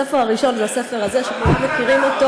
הספר הראשון זה הספר הזה, שכולכם מכירים אותו.